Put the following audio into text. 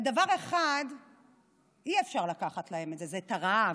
דבר אחד אי-אפשר לקחת להם, זה את הרעב.